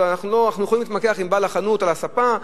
אנחנו יכולים להתמקח עם בעל החנות על מחיר הספה,